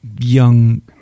young